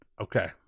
Okay